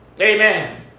Amen